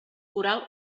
coral